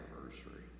anniversary